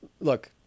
look